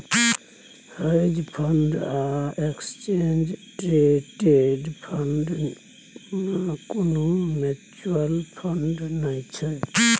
hedge fund आ exchange traded fund कुनु mutual fund नै छै